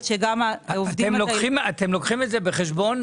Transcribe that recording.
שגם העובדים --- אתם לוקחים את זה בחשבון,